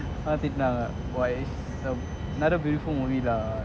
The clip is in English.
திட்டுனாங்க:thittunanga !wah! it's another beautiful movie lah